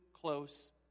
close